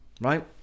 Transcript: right